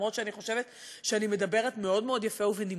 אף שאני חושבת שאני מדברת מאוד מאוד יפה ובנימוס.